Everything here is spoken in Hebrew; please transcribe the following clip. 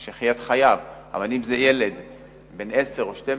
אז שיחיה את חייו, אבל אם זה ילד בן עשר או 12